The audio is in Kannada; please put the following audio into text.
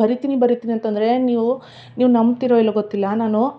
ಬರಿತೀನಿ ಬರಿತೀನಿ ಅಂತಂದರೆ ನೀವು ನೀವು ನಂಬ್ತಿರೋ ಇಲ್ಲೋ ಗೊತ್ತಿಲ್ಲ ನಾನು